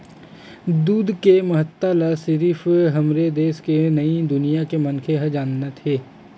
दूद के महत्ता ल सिरिफ हमरे देस म नइ दुनिया के मनखे ह जानत हे